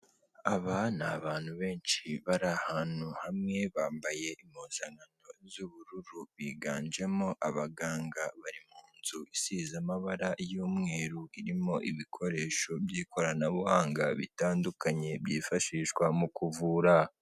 Aba ni abantu benshi bari ahantu hamwe, bambaye impuzankano z'ubururu, biganjemo abaganga bari mu nzu isize amabara y'umweru, irimo ibikoresho by'ikoranabuhanga bitandukanye, byifashishwa mu kuvura.